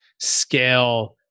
scale